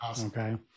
Okay